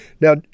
Now